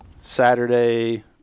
saturday